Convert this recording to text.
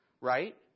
right